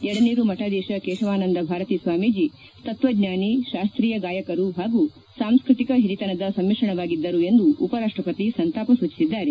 ಯಡನೀರು ಮಠಾಧೀಶ ಕೇಶಾವನಂದ ಭಾರತೀ ಸ್ವಾಮೀಜಿ ತತ್ವಜ್ಞಾನಿ ಶಾಸ್ತೀಯ ಗಾಯಕರು ಹಾಗೂ ಸಾಂಸ್ಕೃತಿಕ ಹಿರಿತನದ ಸಮ್ಮಿಶ್ರಣವಾಗಿದ್ದರು ಎಂದು ಉಪರಾಷ್ಟ್ರಪತಿ ಸಂತಾಪ ಸೂಚಿಸಿದ್ದಾರೆ